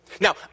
Now